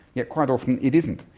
yet quite often it isn't.